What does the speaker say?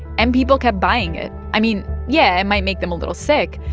and people kept buying it. i mean, yeah, it might make them a little sick.